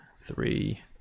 three